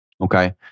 Okay